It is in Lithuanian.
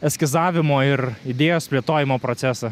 eskizavimo ir idėjos plėtojimo procesą